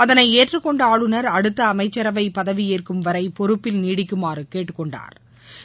அதளை ஏற்றுக் கொண்ட ஆளுநர் அடுத்த அமைச்சரவை பதவி ஏற்கும்வரை பொறுப்பில் நீடிக்குமாறு கேட்டுக்கொண்டாா்